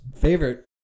favorite